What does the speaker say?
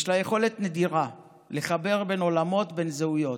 יש לה יכולת נדירה לחבר בין עולמות ובין זהויות,